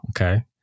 Okay